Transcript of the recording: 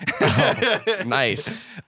Nice